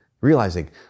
realizing